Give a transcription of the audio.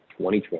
2020